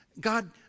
God